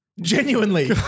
Genuinely